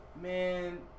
Man